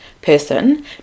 person